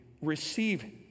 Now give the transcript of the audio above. receive